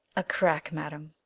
a crack, madam.